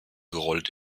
gerollt